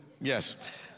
yes